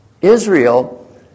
Israel